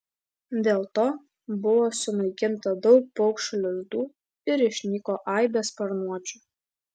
dėl to buvo sunaikinta daug paukščių lizdų ir išnyko aibės sparnuočių